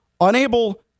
unable